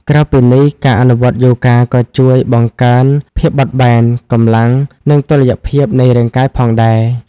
ក្រៅពីនេះ ការអនុវត្តយូហ្គាក៏ជួយ បង្កើនភាពបត់បែន កម្លាំង និងតុល្យភាព នៃរាងកាយផងដែរ។